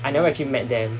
I never actually met them